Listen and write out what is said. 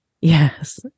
yes